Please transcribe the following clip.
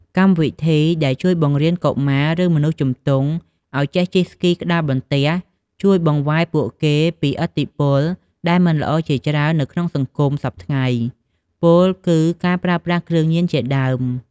កម្មវិធីដែលជួយបង្រៀនកុមារ ឬ មនុស្សជំទង់ឱ្យចេះជិះស្គីក្ដារបន្ទះ ជួយបង្វែរពួកគេពីឥទ្ធិពលដែលមិនល្អជាច្រើននៅក្នុងសង្គមសព្វថ្ងៃ ពោលគឺ ការប្រើប្រាស់គ្រឿងញៀនជាដើម។